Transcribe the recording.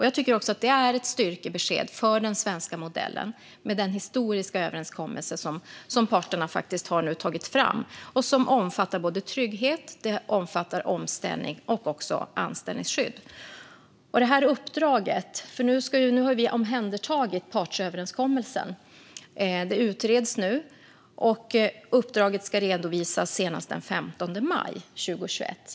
Jag tycker att den historiska överenskommelse som parterna har tagit fram, som omfattar både trygghet, omställning och anställningsskydd, är ett styrkebesked för den svenska modellen. Nu har vi omhändertagit partsöverenskommelsen. Detta utreds nu, och uppdraget ska redovisas senast den 15 maj 2021.